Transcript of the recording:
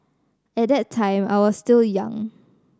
at that time I was still young